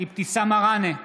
אבתיסאם מראענה,